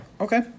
okay